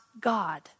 God